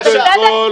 ובצדק,